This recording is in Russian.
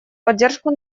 поддержку